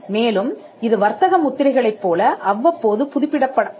மேலும் இது வர்த்தக முத்திரைகளைப் போல அவ்வப்போது புதுப்பிக்கப்படக் கூடியது